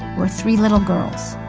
were three little girls.